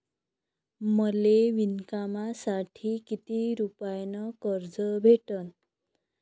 मले विणकामासाठी किती रुपयानं कर्ज भेटन?